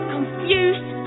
Confused